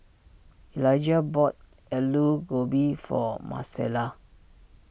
Elijah bought Alu Gobi for Marcella